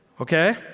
Okay